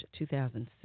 2006